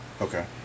Okay